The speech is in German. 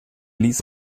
ließ